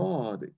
God